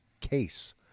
case